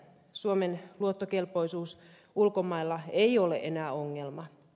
suomen luottokelpoisuus ulkomailla ei ole enää ongelma